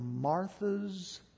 Martha's